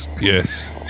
Yes